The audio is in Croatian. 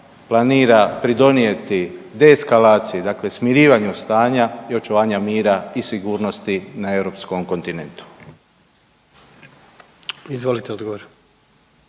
planira pridonijeti deeskalaciji dakle smirivanju stanja i očuvanja mira i sigurnosti na europskom kontinentu.